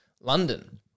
London